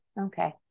Okay